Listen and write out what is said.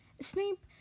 Snape